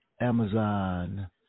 Amazon